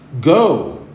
Go